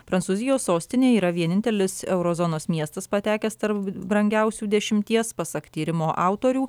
prancūzijos sostinė yra vienintelis euro zonos miestas patekęs tarp brangiausių dešimties pasak tyrimo autorių